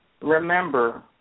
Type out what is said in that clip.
remember –